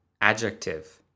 adjective